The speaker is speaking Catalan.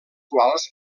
quals